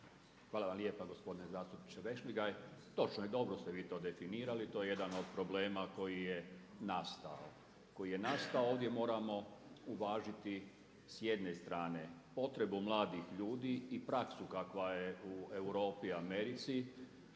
Hvala vam lijepa gospodine zastupniče Vešligaj. Točno je, dobro ste vi to definirali, to je jedan od problema koji je nastao, koji je nastao. Ovdje moramo uvažiti s jedne strane potrebu mladih ljudi i praksu kakva je u Europi i Americi,